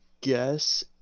guess